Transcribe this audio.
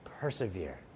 persevere